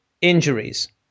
injuries